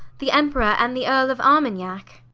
the emperor, and the earle of arminack?